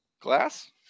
glass